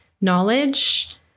knowledge